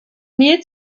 mehl